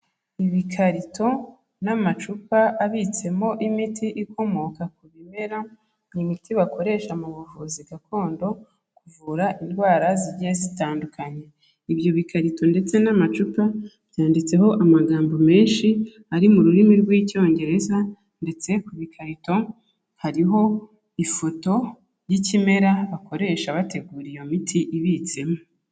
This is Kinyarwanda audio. Ibikarito n'amacupa abitsemo imiti ikomoka ku bimera n'imiti bakoresha mu buvuzi gakondo kuvura indwara zijyiye zitandukanye ibyo bi bikarito ndetse n'amacupa byanditseho amagambo menshi ari mu rurimi rw'icyongereza ndetse kubikarito hariho ifoto y'ikimera bakoresha bategura iyo miti ibitsemo.